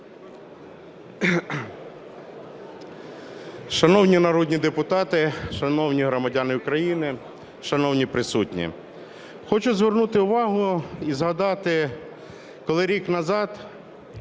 Шановні народні депутати, шановні громадяни України, шановні присутні! Хочу звернути увагу і згадати, коли рік назад